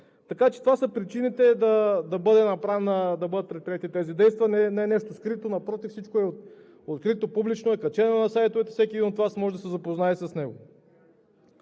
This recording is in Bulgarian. Така че това са причините да бъдат предприети тези действия и не е нещо скрито, напротив, всичко е открито, публично, качено е на сайтовете и всеки един от Вас може да се запознае с него.